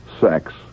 sex